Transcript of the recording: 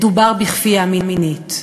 מדובר בכפייה מינית.